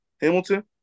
Hamilton